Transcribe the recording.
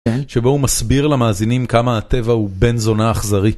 שבו הוא מסביר למאזינים כמה הטבע הוא בן זונה אכזרי.